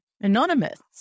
Anonymous